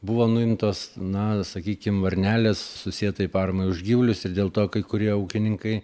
buvo nuimtos na sakykim varnelės susietai paramai už gyvulius ir dėl to kai kurie ūkininkai